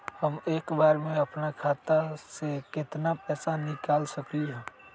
हम एक बार में अपना खाता से केतना पैसा निकाल सकली ह?